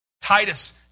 Titus